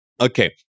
Okay